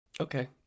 okay